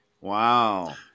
Wow